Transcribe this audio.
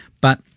but-